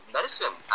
medicine